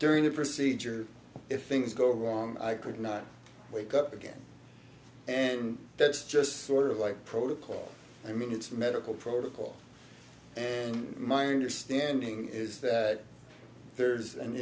during the procedure if things go wrong i could not wake up again and that's just sort of like protocol i mean it's a medical protocol minder standing is there's an